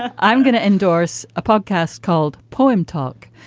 i'm going to endorse a podcast called poem talk,